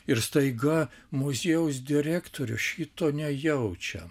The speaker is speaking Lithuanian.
ir staiga muziejaus direktorius šito nejaučia